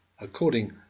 according